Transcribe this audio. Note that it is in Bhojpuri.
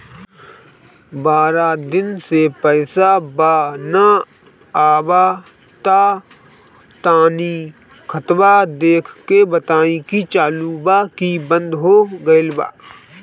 बारा दिन से पैसा बा न आबा ता तनी ख्ताबा देख के बताई की चालु बा की बंद हों गेल बा?